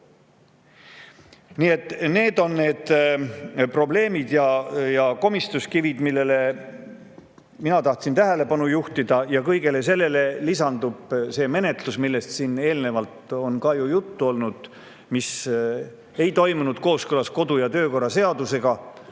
need on probleemid ja komistuskivid, millele mina tahtsin tähelepanu juhtida. Kõigele sellele lisandub see menetlus, millest siin eelnevalt on juttu olnud, mis ei toimunud kooskõlas kodu‑ ja töökorra seadusega,